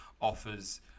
offers